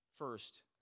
First